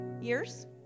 years